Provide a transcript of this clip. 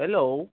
hello